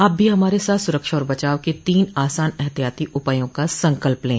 आप भी हमारे साथ सुरक्षा और बचाव के तीन आसान एहतियाती उपायों का संकल्प लें